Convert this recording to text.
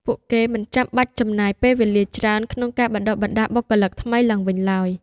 ពួកគេមិនចាំបាច់ចំណាយពេលវេលាច្រើនក្នុងការបណ្តុះបណ្តាលបុគ្គលិកថ្មីឡើងវិញឡើយ។